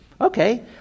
okay